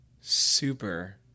super